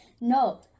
No